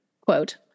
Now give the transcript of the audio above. quote